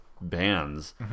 bands